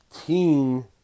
Teen